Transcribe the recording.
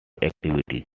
activity